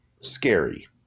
scary